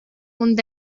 und